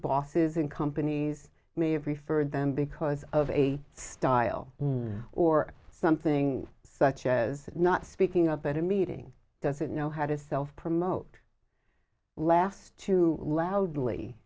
bosses in companies may have referred them because of a style or something such as not speaking up at a meeting doesn't know how to self promote last two l